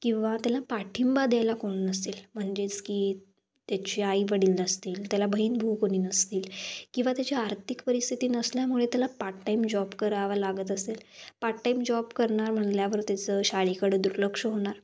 किंवा त्याला पाठिंबा द्यायला कोण नसेल म्हणजेच की त्याची आई वडील नसतील त्याला बहीण भाऊ कोणी नसतील किंवा त्याची आर्थिक परिस्थिती नसल्यामुळे त्याला पार्ट टाईम जॉब करावा लागंत असेल पार्ट टाईम जॉब करणार म्हणल्यावर त्याचं शाळेकडं दुर्लक्ष होणार